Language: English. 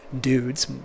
dudes